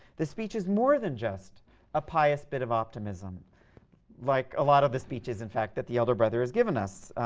the speech is more than just a pious bit of optimism like a lot of the speeches, in fact, that the other brother has given us.